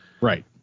Right